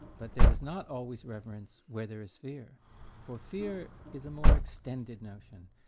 but there is not always reverence where there is fear for fear is a more extended notion,